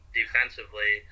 defensively